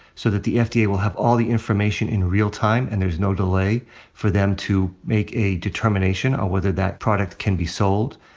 so that the fda will have all the information in real time, and there's no delay for them to make a determination of whether that product can be sold.